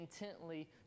intently